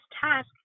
task